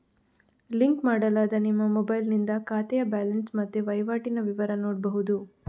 link ಮಾಡಲಾದ ನಿಮ್ಮ ಮೊಬೈಲಿನಿಂದ ಖಾತೆಯ ಬ್ಯಾಲೆನ್ಸ್ ಮತ್ತೆ ವೈವಾಟಿನ ವಿವರ ನೋಡ್ಬಹುದು